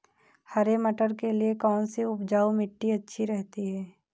हरे मटर के लिए कौन सी उपजाऊ मिट्टी अच्छी रहती है?